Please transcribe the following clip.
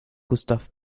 gustav